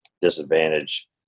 disadvantage